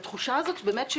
לתחושה של: